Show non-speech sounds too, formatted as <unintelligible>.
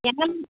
என்ன <unintelligible>